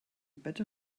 better